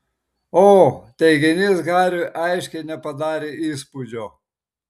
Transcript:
o teiginys hariui aiškiai nepadarė įspūdžio